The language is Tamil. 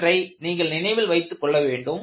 இவற்றை நீங்கள் நினைவில் வைத்துக் கொள்ள வேண்டும்